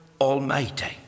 Almighty